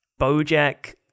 Bojack